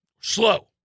Slow